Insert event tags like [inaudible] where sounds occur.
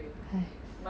[noise]